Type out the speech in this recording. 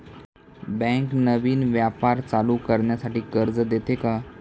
Bank नवीन व्यापार चालू करण्यासाठी कर्ज देते का?